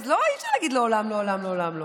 אי-אפשר להגיד "מעולם מעולם מעולם לא".